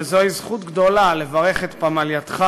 וזוהי זכות גדולה לברך את פמלייתך